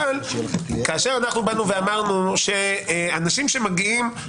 כשאמרנו שאנשים שמגיעים,